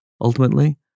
ultimately